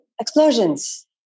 explosions